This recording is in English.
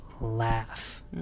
laugh